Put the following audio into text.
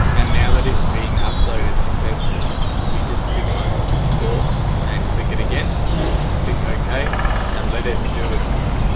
and now that it's been uploaded successfully you just click on restore and click it again click ok and let it do its work